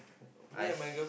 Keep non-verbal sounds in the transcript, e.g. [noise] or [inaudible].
I [noise]